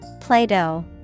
Play-Doh